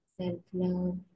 self-love